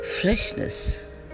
freshness